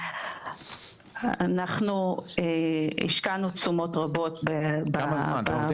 אנחנו השקענו תשומות רבות בעבודה הזאת.